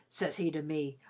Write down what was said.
ses he to me,